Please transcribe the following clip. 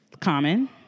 Common